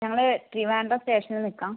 ഞങ്ങൾ ട്രിവാൻഡ്രം സ്റ്റേഷനിൽ നിക്കാം